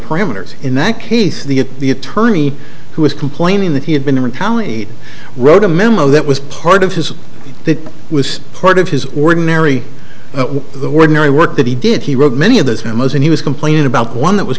parameters in that case the the attorney who was complaining that he had been retaliate wrote a memo that was part of his that was part of his ordinary the word marry work that he did he wrote many of those memos and he was complaining about one that was